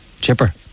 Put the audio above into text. chipper